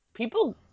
People